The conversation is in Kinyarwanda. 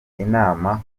inama